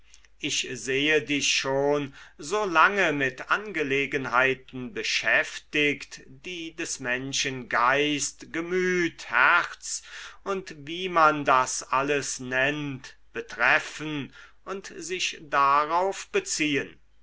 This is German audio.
ich sehe dich schon so lange mit angelegenheiten beschäftigt die des menschen geist gemüt herz und wie man das alles nennt betreffen und sich darauf beziehen